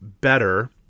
better